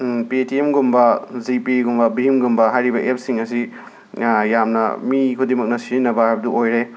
ꯄꯦꯇꯤꯑꯦꯝꯒꯨꯝꯕ ꯖꯤꯄꯦꯒꯨꯝꯕ ꯚꯤꯝꯒꯨꯝꯕ ꯍꯥꯏꯔꯤꯕ ꯑꯦꯞꯁꯤꯡ ꯑꯁꯤ ꯌꯥꯝꯅ ꯃꯤ ꯈꯨꯗꯤꯡꯃꯛꯅ ꯁꯤꯖꯤꯟꯅꯕ ꯍꯥꯏꯕꯗꯨ ꯑꯣꯏꯔꯦ